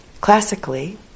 Classically